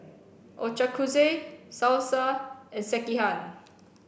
Ochazuke Salsa and Sekihan